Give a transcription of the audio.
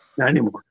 anymore